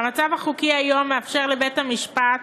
המצב החוקי כיום מאפשר לבית-המשפט